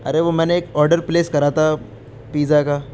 ارے وہ میں نے ایک آڈر پلیس کرا تھا پیتزا کا